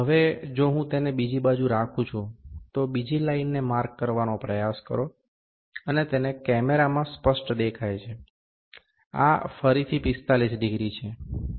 હવે જો હું તેને બીજી બાજુ રાખું છું તો બીજી લાઇનને માર્ક કરવાનો પ્રયાસ કરો અને તેને કેમેરામાં સ્પષ્ટ દેખાય છે આ ફરીથી 45 ડિગ્રી છે